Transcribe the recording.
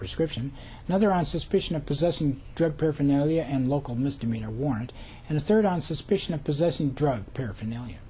prescription another on suspicion of possessing drug paraphernalia and local misdemeanor warrant and a third on suspicion of possessing drug paraphernalia